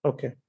Okay